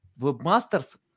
webmasters